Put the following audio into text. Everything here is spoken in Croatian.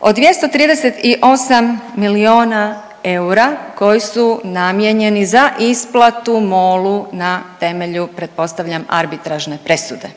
o 238 milijuna eura koji su namijenjeni za isplatu Molu na temelju pretpostavljam arbitražne presude.